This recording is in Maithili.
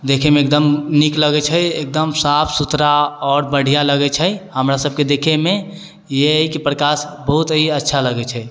देखैमे एकदम नीक लगै छै एकदम साफ सुथरा आओर बढ़ियाँ लगै छै हमरा सभके देखैमे ये है कि प्रकाश बहुत हि अच्छा लगै छै